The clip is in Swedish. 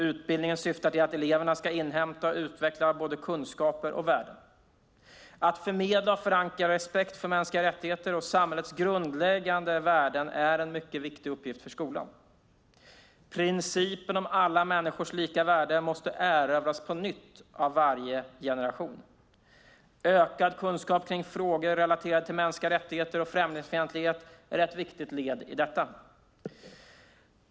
Utbildningen syftar till att eleverna ska inhämta och utveckla både kunskaper och värden. Att förmedla och förankra respekt för mänskliga rättigheter och samhällets grundläggande värden är en mycket viktig uppgift för skolan. Principen om alla människors lika värde måste erövras på nytt av varje generation. Ökad kunskap kring frågor relaterade till mänskliga rättigheter och främlingsfientlighet är ett viktigt led i detta.